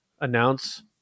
announce